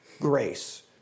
grace